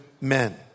men